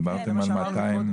דיברתם על מאתיים.